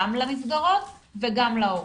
גם למסגרות וגם להורים.